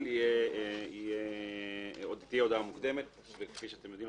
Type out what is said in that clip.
תהיה הודעה מוקדמת וכפי שאתם יודעים,